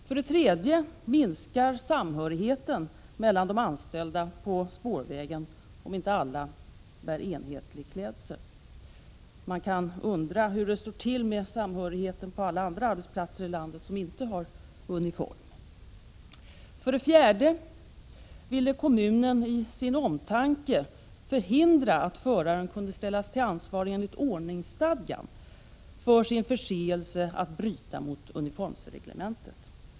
För det tredje minskar samhörigheten mellan de anställda på spårvägen om inte alla bär enhetlig klädsel. Man undrar hur det står till med samhörigheten på alla andra arbetsplatser i landet där man inte har uniform. För det fjärde ville kommunen i sin omtanke förhindra att föraren kunde ställas till ansvar enligt ordningsstadgan för sin förseelse att bryta mot uniformsreglementet.